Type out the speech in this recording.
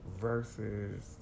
Versus